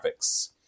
graphics